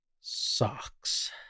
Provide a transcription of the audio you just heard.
Socks